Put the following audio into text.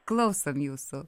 klausom jūsų